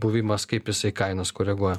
buvimas kaip jisai kainas koreguoja